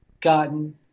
gotten